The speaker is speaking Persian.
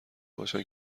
باشن